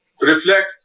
reflect